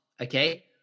okay